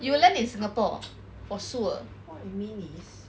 you will land in singapore for sure